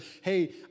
hey